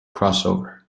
crossover